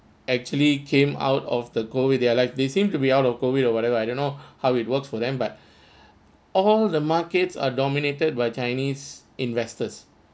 actually came out of the COVID with their life they seem to be out of COVID or whatever I don't know how it works for them but all the markets are dominated by chinese investors